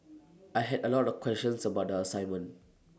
I had A lot of questions about the assignment